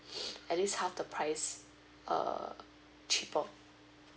at least half the price err cheaper